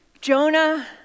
Jonah